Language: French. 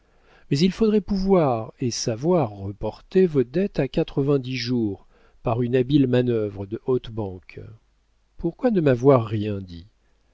mais il faudrait pouvoir et savoir reporter vos dettes à quatre-vingt-dix jours par une habile manœuvre de haute banque pourquoi ne m'avoir rien dit